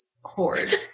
horde